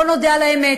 בוא נודה על האמת,